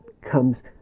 comes